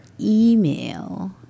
email